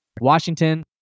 Washington